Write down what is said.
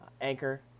Anchor